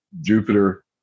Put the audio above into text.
Jupiter